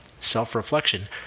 self-reflection